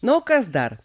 nu kas dar